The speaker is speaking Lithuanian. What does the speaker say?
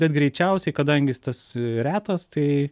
bet greičiausiai kadangi tas retas tai